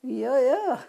jo jo